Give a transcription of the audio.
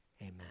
Amen